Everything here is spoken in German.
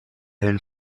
hellen